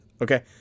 okay